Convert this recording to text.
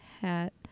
hat